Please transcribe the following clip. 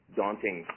daunting